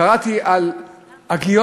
קראתי על הגיורת